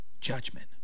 judgment